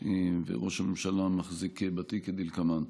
וראש הממשלה, המחזיק בתיק, כדלקמן: